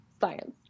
science